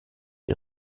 die